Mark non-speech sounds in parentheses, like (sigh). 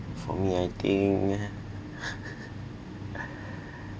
for me I think (laughs)